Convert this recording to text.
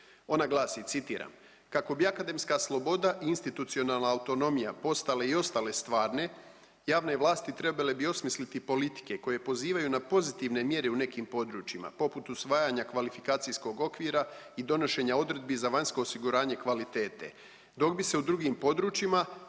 Ona glasi, citiram, kako bi akademska sloboda i institucionalna autonomija postale i ostale stvarne javne vlasti trebale bi osmisliti politike koje pozivaju na pozitivne mjere u nekim područjima poput usvajanja kvalifikacijskog okvira i donošenja odredbi za vanjsko osiguranje kvalitete, dok bi se u drugim područjima